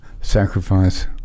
sacrifice